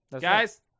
guys